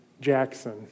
Jackson